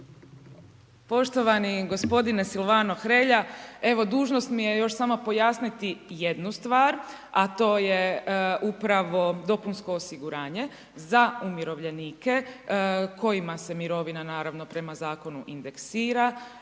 Poštovani gospodine Silvano Hrelja, evo dužnost mi je još samo pojasniti jednu stvar, a to je upravo dopunsko osiguranje za umirovljenika kojima se mirovina naravno prema zakonu indeksira